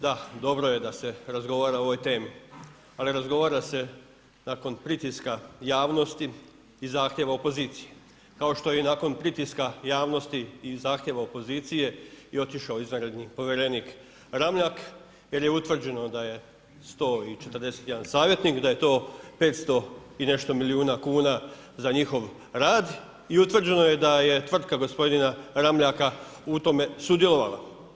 Da, dobro je da se razgovara o ovoj temi, ali razgovara se nakon pritiska javnosti i zahtjeva opozicije kao što i nakon pritiska javnosti i zahtjeva opozicije i otišao izvanredni povjerenik Ramljak jer je utvrđeno da je 141 savjetnik, da je to 500 i nešto milijuna kuna za njihov rad i utvrđeno je da je tvrtka gospodina Ramljaka u tome sudjelovala.